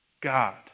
God